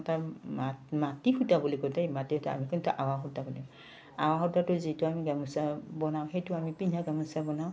তাৰ ম মাটি সূতা বুলি কয় দেই মাটি সূতা আমি কিন্তু আৱা সূতা বুলি আৱা সূতাটো যিটো আমি গামোচা বনাওঁ সেইটো আমি পিন্ধা গামোচা বনাওঁ